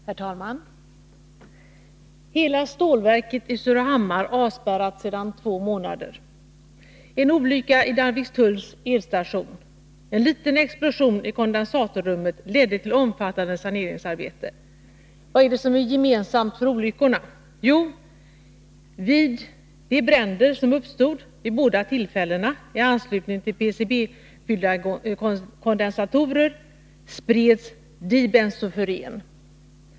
Herr talman! Hela stålverket i Surahammar avspärrat sedan två månader. En olycka i Danvikstulls elstation. En liten explosion i kondensatorrummet ledde till omfattande saneringsarbete. Vad är det som är gemensamt för olyckorna? Jo, vid de bränder som vid båda tillfällena uppstod i anslutning till PCB-fyllda kondensatorer spreds dibensofuren.